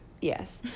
Yes